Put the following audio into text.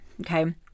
okay